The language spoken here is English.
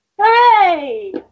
Hooray